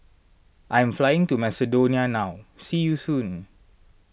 I am flying to Macedonia now see you soon